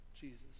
Jesus